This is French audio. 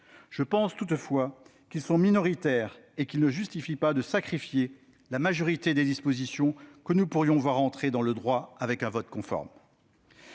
Je pense toutefois qu'ils sont minoritaires et qu'ils ne justifient pas de sacrifier la majorité des dispositions que nous pourrions voir entrer dans le droit avec un vote conforme.